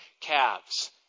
calves